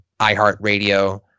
iHeartRadio